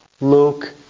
Luke